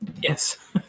Yes